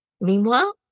Meanwhile